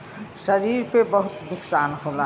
शरीर पे बहुत नुकसान होला